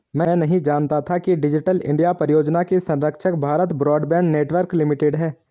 मैं नहीं जानता था कि डिजिटल इंडिया परियोजना की संरक्षक भारत ब्रॉडबैंड नेटवर्क लिमिटेड है